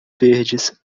verdes